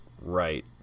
Right